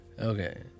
okay